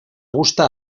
gusta